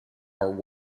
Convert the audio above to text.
are